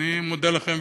ואני מודה לכם,